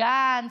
גנץ,